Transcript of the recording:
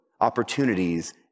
opportunities